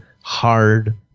hard